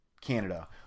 Canada